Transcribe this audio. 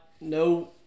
no